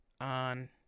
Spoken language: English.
on